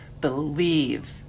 believe